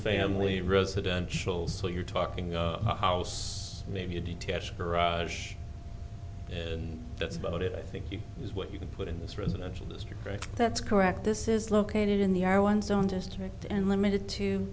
family residential so you're talking house maybe a detached garage and that's about it i think you use what you can put in this residential district right that's correct this is located in the are one's own district and limited to